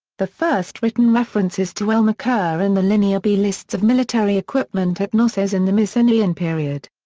the first written references to elm occur in the linear b lists of military equipment at knossos in the mycenaean period.